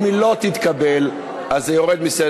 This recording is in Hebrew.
אם היא לא תתקבל, זה יורד מסדר-היום.